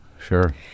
Sure